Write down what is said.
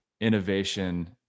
innovation